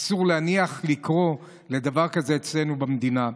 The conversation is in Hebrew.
אסור הניח לדבר כזה לקרות אצלנו במדינה.